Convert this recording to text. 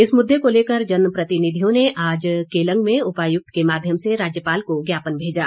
इस मुद्दे को लेकर जनप्रतिनिधियों ने आज केलंग में उपायुक्त के माध्यम से राज्यपाल को ज्ञापन भेजा